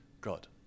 God